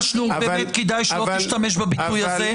באמת כדאי שלא תשתמש בביטוי הזה.